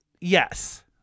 Yes